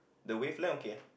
the wavelength okay ah